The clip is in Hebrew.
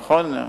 נכון?